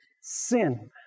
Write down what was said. sin